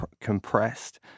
compressed